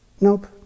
Nope